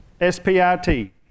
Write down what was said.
S-P-I-T